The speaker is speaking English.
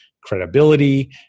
credibility